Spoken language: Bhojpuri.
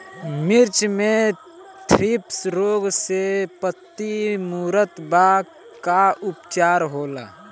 मिर्च मे थ्रिप्स रोग से पत्ती मूरत बा का उपचार होला?